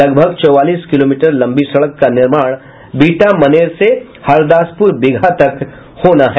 लगभग चौबालीस किलोमीटर लंबी सड़क का निर्माण बिहटा मनेर से हरदासपुर बिगहा तक होना है